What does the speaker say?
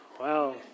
Wow